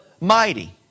mighty